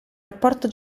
rapporto